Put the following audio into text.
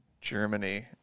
Germany